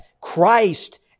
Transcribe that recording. Christ